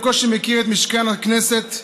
בקושי מכיר את משכן הכנסת,